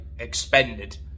expended